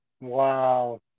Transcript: Wow